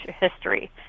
history